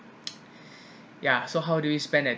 ya so how do you spend that